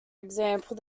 example